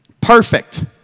Perfect